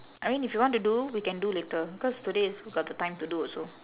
I mean if you want to do we can do later cause today is got the time to do also